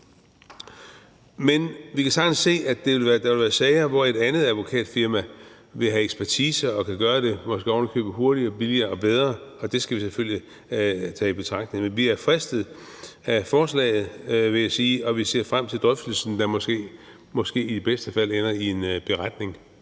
Men vi kan sagtens se, at der vil være sager, hvor et andet advokatfirma vil have ekspertise og kan gøre det måske ovenikøbet hurtigere, billigere og bedre, og det skal vi selvfølgelig tage i betragtning. Vi er fristet af forslaget, vil jeg sige, og vi ser frem til drøftelsen, der måske i bedste fald ender i en beretning.